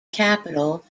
capital